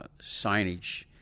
signage